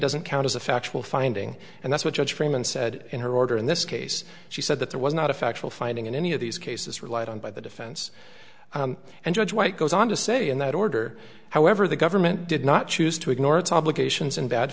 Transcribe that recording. doesn't count as a factual finding and that's what judge freeman said in her order in this case she said that there was not a factual finding in any of these cases relied on by the defense and judge white goes on to say in that order however the government did not choose to ignore